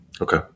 Okay